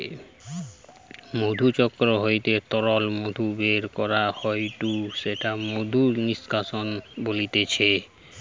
মধুচক্র হইতে তরল মধু বের করা হয়ঢু সেটা মধু নিষ্কাশন বলতিছে